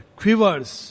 quivers